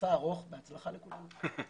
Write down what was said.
מסע ארוך, בהצלחה לכולם.